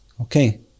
Okay